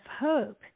hope